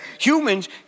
humans